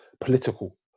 political